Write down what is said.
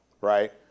right